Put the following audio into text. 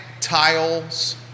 tiles